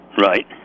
Right